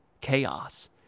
chaos